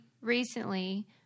recently